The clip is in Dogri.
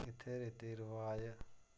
इत्थें रीति रवाज़